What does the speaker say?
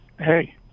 Hey